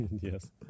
Yes